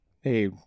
hey